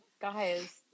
Guys